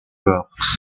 rocks